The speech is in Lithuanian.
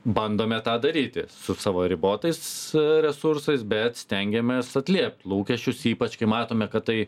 bandome tą daryti su savo ribotais resursais bet stengiamės atliept lūkesčius ypač kai matome kad tai